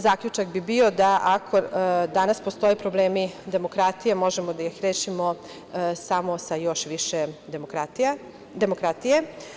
Zaključak bi bio da ako danas postoje problemi u demokratiji možemo da ih rešimo samo sa još više demokratije.